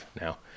now